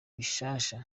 bishasha